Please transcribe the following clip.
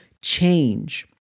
change